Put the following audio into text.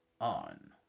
on